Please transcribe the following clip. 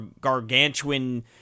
gargantuan